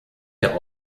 der